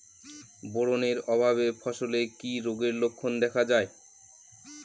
Boron এর অভাবে ফসলে কি রোগের লক্ষণ দেখা যায়?